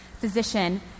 physician